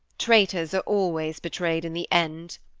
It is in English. traitors are always betrayed in the end,